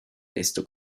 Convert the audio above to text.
desto